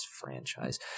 franchise